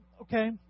okay